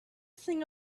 thing